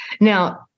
Now